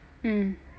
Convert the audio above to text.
mm